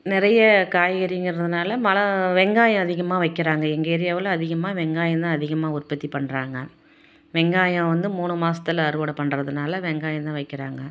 நிறைய காய்கறிங்கிறதனால மல வெங்காயம் அதிகமாக வைக்கிறாங்க எங்கள் ஏரியாவில் அதிகமாக வெங்காயம் தான் அதிகமாக உற்பத்தி பண்ணுறாங்க வெங்காயம் வந்து மூணு மாசத்தில் அறுவடை பண்றதனால வெங்காயம் தான் வைக்கிறாங்க